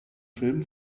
film